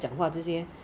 Four Fingers is fried